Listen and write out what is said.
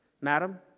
Madam